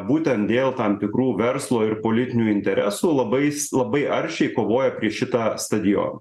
būtent dėl tam tikrų verslo ir politinių interesų labais labai aršiai kovoja prieš šitą stadioną